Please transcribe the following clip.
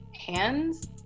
hands